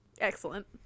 Excellent